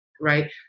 right